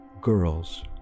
girls